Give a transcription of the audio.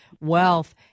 wealth